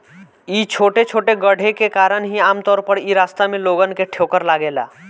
इ छोटे छोटे गड्ढे के कारण ही आमतौर पर इ रास्ता में लोगन के ठोकर लागेला